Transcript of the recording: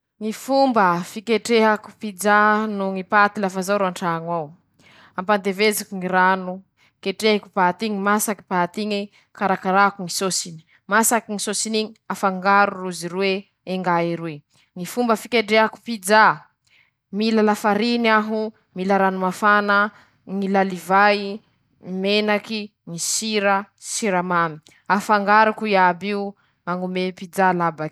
Laha zaho ro nana toéra-pisakafoana mandramby fa vita avao fa tsy sahira: -Ñy sakafo teako ñy sambôsa, -Manahak'anizao ñy boly hena, -Ñy legimy aminy ñy hena, -Legimy amy potikena agantiny zay ñy salady, -Ñy voan-kazo samby karazan'iñé, -Ñy mofo samby karazan'iñy.